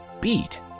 beat